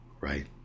right